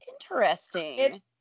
Interesting